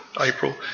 April